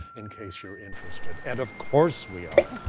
in case you're interested, and of course we are.